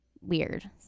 weird